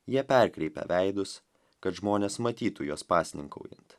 jie perkreipia veidus kad žmonės matytų juos pasninkaujant